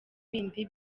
bindi